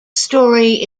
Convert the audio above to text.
story